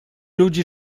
ludzi